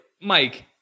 mike